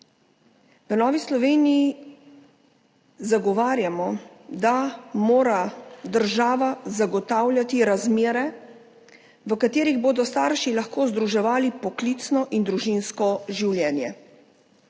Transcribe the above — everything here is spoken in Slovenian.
V Novi Sloveniji zagovarjamo, da mora država zagotavljati razmere, v katerih bodo starši lahko združevali poklicno in družinsko življenje.